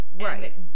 Right